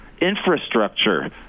Infrastructure